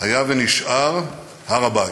היה ונשאר הר-הבית.